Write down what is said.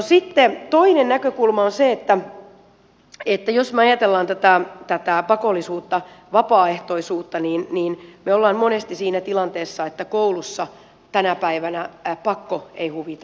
sitten toinen näkökulma on se että jos me ajattelemme tätä pakollisuutta vapaaehtoisuutta niin me olemme monesti siinä tilanteessa että koulussa tänä päivänä pakko ei huvita